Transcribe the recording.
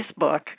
Facebook